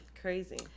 Crazy